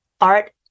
art